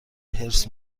حرص